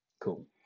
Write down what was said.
Cool